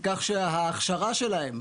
כך שההכשרה שלהם,